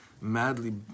madly